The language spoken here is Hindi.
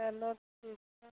चलो ठीक है